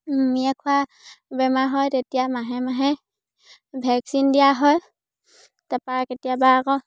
সুমিয়ে খোৱা বেমাৰ হয় তেতিয়া মাহে মাহে ভেকচিন দিয়া হয় কেতিয়াবা আকৌ